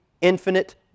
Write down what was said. infinite